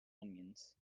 onions